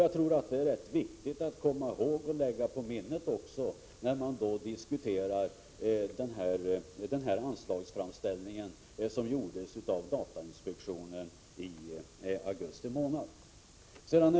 Jag tror att det är viktigt att komma ihåg — och även lägga på minnet — när man diskuterar den anslagsframställning som gjordes av datainspektionen i augusti månad.